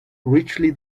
richly